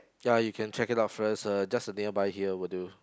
ya you can check it out first uh just the nearby here will do